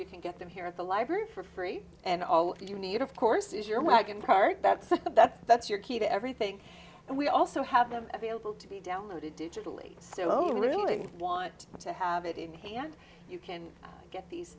you can get them here at the library for free and all you need of course is your wagon cart that's the that's your key to everything and we also have them available to be downloaded digitally so lonely really want to have it in hand you can get these